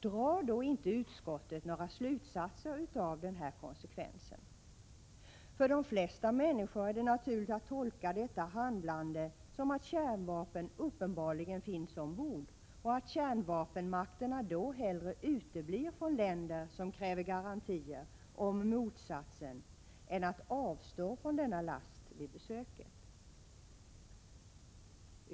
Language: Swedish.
Drar då inte utskottet några slutsatser av denna konsekvens? För de flesta människor är det naturligt att tolka detta handlande som att kärnvapen uppenbarligen finns ombord och att kärnvapenmakterna då hellre uteblir från länder som kräver garantier om motsatsen än att avstå från denna last vid besöket.